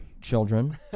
children